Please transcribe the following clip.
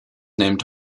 named